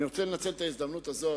אני רוצה לנצל את ההזדמנות הזאת,